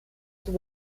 zur